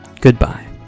Goodbye